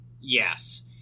Yes